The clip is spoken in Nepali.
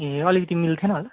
ए अलिकति मिल्ने थिएन होला